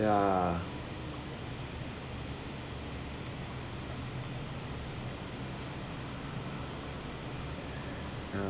ya